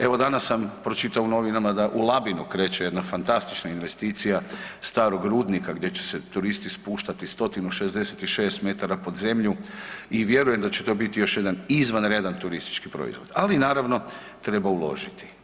Evo danas sam pročitao u novinama da u Labinu kreće jedna fantastična investicija Starog rudnika gdje će se turisti spuštati 166m pod zemlju i vjerujem da će to biti još jedan izvanredan turistički proizvod, ali naravno treba uložiti.